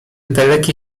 dalekie